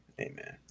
Amen